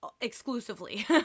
exclusively